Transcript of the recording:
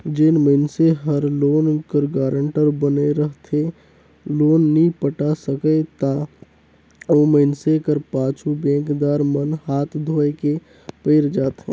जेन मइनसे हर लोन कर गारंटर बने रहथे लोन नी पटा सकय ता ओ मइनसे कर पाछू बेंकदार मन हांथ धोए के पइर जाथें